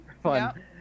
fun